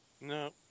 No